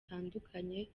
butandukanye